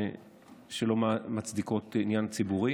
משום שהם לא מצדיקים עניין ציבורי.